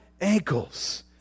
ankles